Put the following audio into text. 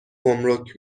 گمرگ